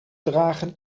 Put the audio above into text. dragen